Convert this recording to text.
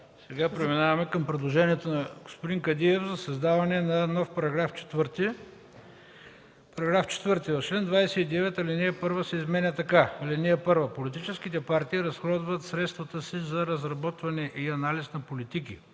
Преминаваме към предложението на господин Кадиев за създаване на нов § 4: „§ 4. В чл. 29, ал. 1 се изменя така: „(1) Политическите партии разходват средствата си за разработване и анализ на политики,